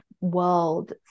world